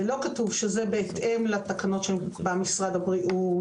ולא כתוב שזה בהתאם לתקנות שקבע משרד לבריאות,